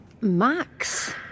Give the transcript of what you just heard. Max